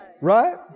right